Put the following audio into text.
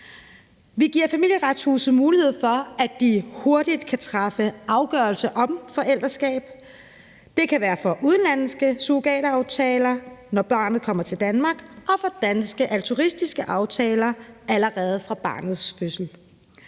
Vi giver Familieretshuset mulighed for, at de hurtigt kan træffe afgørelse om forældreskab. Det kan være for udenlandske surrogataftaler, når barnet kommer til Danmark, og for danske altruistiske aftaler allerede fra barnets fødsel.